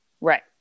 right